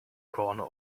corner